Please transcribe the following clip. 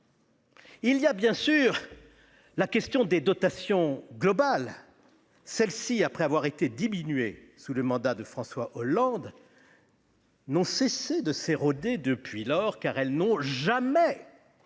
bien sûr la question des dotations globales qui, après avoir été diminuées sous le mandat de François Hollande, n'ont cessé de s'éroder ensuite dans la mesure où elles n'ont jamais